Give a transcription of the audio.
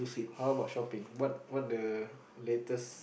how about shopping what what the latest